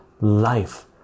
life